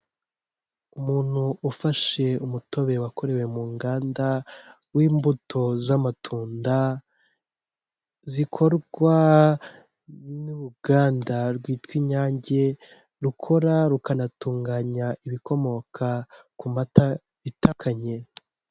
Umuntu ufashe umutobe wakorewe mu nganda w'imbuto z'amatunda zikorwa n'uruganda rwitwa Inyange rukora rukanatunganya ibikomoka ku mata bitakanye.